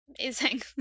Amazing